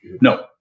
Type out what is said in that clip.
no